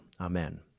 Amen